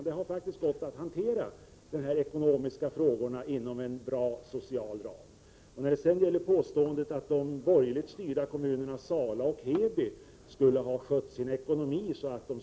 Det har gått att hantera de här ekonomiska frågorna inom en bra social ram. När det gäller påståendet att de borgerligt styrda kommunerna Sala och Heby skulle ha skött sin ekonomi så att det.o.m.